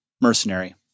mercenary